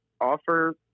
offer